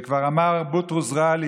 כבר אמר בוטרוס ע'אלי,